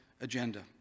agenda